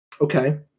okay